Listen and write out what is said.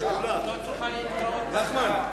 ההצעה להעביר את הצעת חוק איסור הטלת חרם,